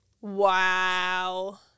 Wow